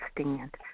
stand